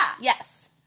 Yes